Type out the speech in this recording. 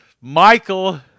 michael